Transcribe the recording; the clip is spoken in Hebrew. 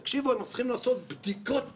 תקשיבו, הם הולכים לעשות בדיקות שטח,